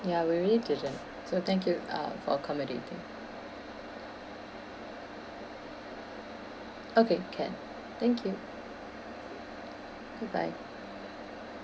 ya we really didn't so thank you uh for accommodating okay can thank you bye bye